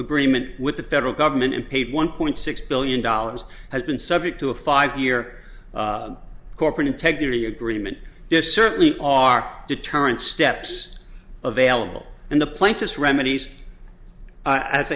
agreement with the federal government and paid one point six billion dollars has been subject to a five year corporate integrity agreement there certainly are deterrent steps of vailable and the plaintiffs remedies i